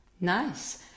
Nice